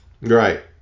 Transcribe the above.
Right